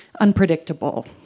unpredictable